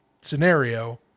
scenario